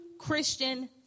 Christian